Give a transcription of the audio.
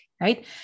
right